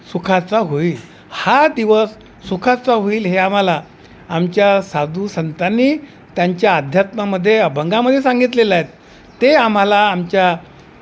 सुखाचा होईल हा दिवस सुखाचा होईल हे आम्हाला आमच्या साधू संतांनी त्यांच्या अध्यात्मामध्ये अभंगामध्ये सांगितलेलं आहेत ते आम्हाला आमच्या